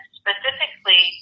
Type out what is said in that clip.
specifically